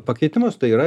pakeitimus tai yra